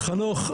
חנוך,